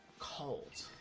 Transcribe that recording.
calls